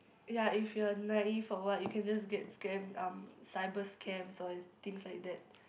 ya if you're naive for what you can just get scammed um cyber scam or things like that